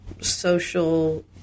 social